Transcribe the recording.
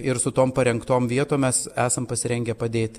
ir su tom parengtom vietom mes esam pasirengę padėti